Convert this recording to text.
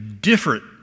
different